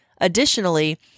Additionally